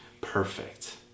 perfect